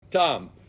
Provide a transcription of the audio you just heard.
Tom